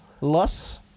Loss